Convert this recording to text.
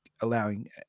allowing